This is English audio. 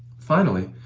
finally,